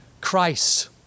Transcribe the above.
Christ